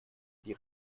die